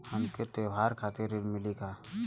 हमके त्योहार खातिर ऋण मिली का?